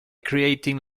creating